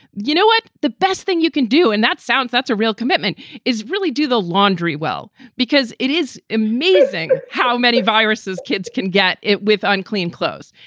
you know what? the best thing you can do and that sounds that's a real commitment is really do the laundry well, because it is amazing how many viruses kids can get with unclean clothes.